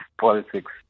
politics